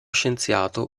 scienziato